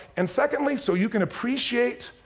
and secondly, so you can appreciate,